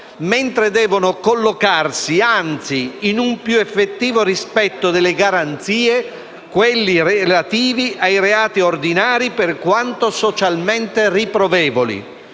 mentre devono collocarsi, anzi, in un più effettivo rispetto delle garanzie quelli relativi ai reati ordinari, per quanto socialmente riprovevoli.